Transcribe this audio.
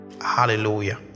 hallelujah